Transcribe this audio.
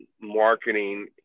marketing